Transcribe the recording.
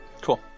cool